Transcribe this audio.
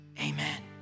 Amen